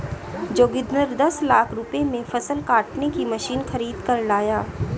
जोगिंदर दस लाख रुपए में फसल काटने की मशीन खरीद कर लाया